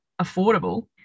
affordable